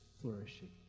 flourishing